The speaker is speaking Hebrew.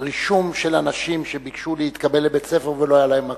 רישום של אנשים שביקשו להתקבל לבית-ספר ולא היה להם מקום?